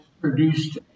produced